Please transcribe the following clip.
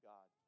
God